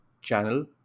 channel